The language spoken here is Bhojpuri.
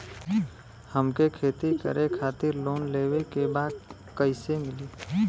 हमके खेती करे खातिर लोन लेवे के बा कइसे मिली?